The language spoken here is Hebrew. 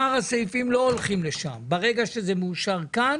שאר הסעיפים לא הולכים לשם, ברגע שזה מאושר כאן